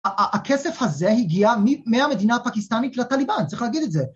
‫ה.. הכסף הזה הגיע מ.. מהמדינה הפקיסטנית ‫לטליבן, צריך להגיד את זה.